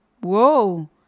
Whoa